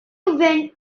when